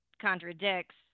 contradicts